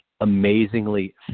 amazingly